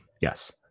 Yes